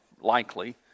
likely